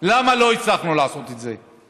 למה לא הצלחנו לעשות את זה?